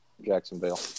Jacksonville